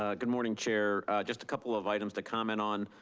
ah good morning chair. just a couple of items to comment on.